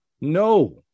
No